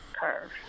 curve